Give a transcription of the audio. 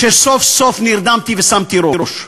כשסוף-סוף נרדמתי ושמתי ראש.